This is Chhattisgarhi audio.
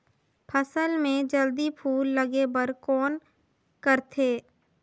फसल मे जल्दी फूल लगे बर कौन करथे?